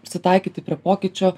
prisitaikyti prie pokyčio